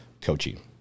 coaching